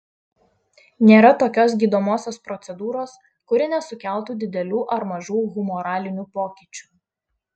nėra tokios gydomosios procedūros kuri nesukeltų didelių ar mažų humoralinių pokyčių